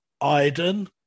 Iden